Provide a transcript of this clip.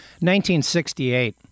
1968